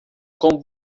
com